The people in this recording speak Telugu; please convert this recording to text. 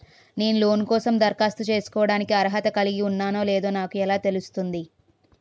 నేను లోన్ కోసం దరఖాస్తు చేసుకోవడానికి అర్హత కలిగి ఉన్నానో లేదో నాకు ఎలా తెలుస్తుంది?